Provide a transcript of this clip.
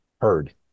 heard